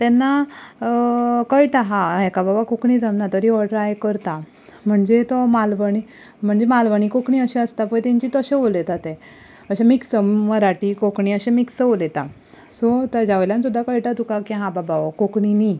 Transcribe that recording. तेन्ना कळटा हां हाका बाबा कोंकणी जमना तरी हो ट्राय करता म्हणजे तो मालवणी म्हणजे मालवणी कोंकणी अशी आसता पळय तेंची तशे उलयतात ते अशे मिक्स मराठी कोंकणी अशे मिक्स उलयता सो तेज्या वयल्यान सुद्दां कळटा तुका की हां बाबा हो कोंकणी न्हय